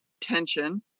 tension